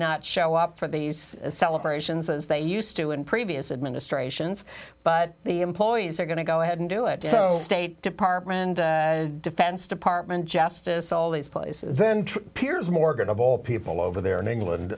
not show up for these celebrations as they used to in previous administrations but the employees are going to go ahead and do it so state department and defense department justice all these places then piers morgan of all people over there in england